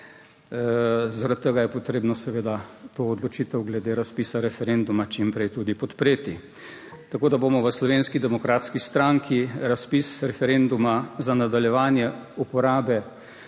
tega je potrebno seveda to odločitev glede razpisa referenduma čim prej tudi podpreti, tako da bomo v Slovenski demokratski stranki razpis referenduma za nadaljevanje uporabe